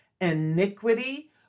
iniquity